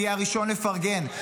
ואני אהיה הראשון לפרגן,